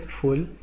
full